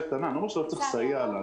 קטנה אני לא אומר שלא צריך לסייע לה.